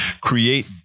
create